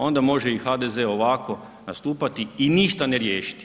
Onda može i HDZ ovako nastupati i ništa ne riješiti.